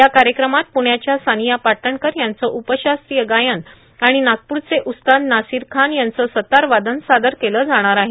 या कार्यक्रमात प्रण्याच्या सानिया पाटणकर यांचं उपशास्त्रीय गायन आणि नागप्रचे उस्ताद नासिर खान यांचं सतार वादन सादर केलं जाणार आहे